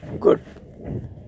good